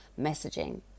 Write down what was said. messaging